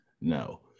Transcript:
No